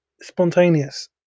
spontaneous